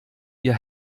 ihr